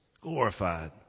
glorified